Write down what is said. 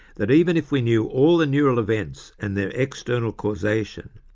that even if we knew all the neural events and their external causation,